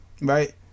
right